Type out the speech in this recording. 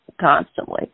constantly